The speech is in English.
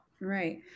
Right